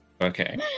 Okay